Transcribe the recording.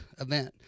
event